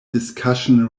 discussion